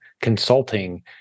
consulting